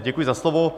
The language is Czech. Děkuji za slovo.